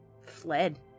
fled